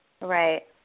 Right